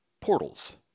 Portals